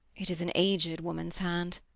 it is an aged woman's hand.